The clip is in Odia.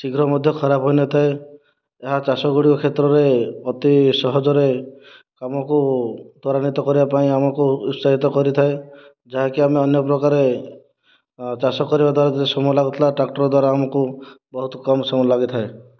ଶୀଘ୍ର ମଧ୍ୟ ଖରାପ ହୋଇନଥାଏ ଯାହା ଚାଷ ଗୁଡ଼ିକ କ୍ଷେତ୍ରରେ ଅତି ସହଜରେ କାମକୁ ତ୍ୱରାନ୍ୱିତ କରିବାକୁ ପାଇଁ ଆମକୁ ଉତ୍ସାହିତ କରିଥାଏ ଯାହାକି ଆମେ ଅନ୍ୟ ପ୍ରକାରେ ଚାଷ କରିବା ଦ୍ୱାରା ଯାହା ସମୟ ଲାଗୁଥିଲା ଟ୍ରାକ୍ଟର ଦ୍ୱାରା ଆମକୁ ବହୁତ କମ ସମୟ ଲାଗିଥାଏ